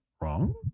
Wrong